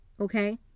Okay